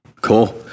Cool